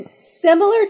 similar